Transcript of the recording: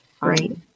Right